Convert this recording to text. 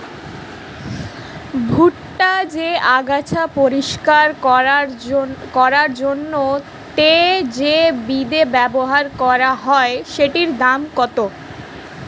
ভুট্টা তে আগাছা পরিষ্কার করার জন্য তে যে বিদে ব্যবহার করা হয় সেটির দাম কত?